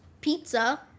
pizza